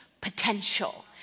potential